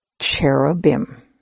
cherubim